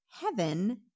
Heaven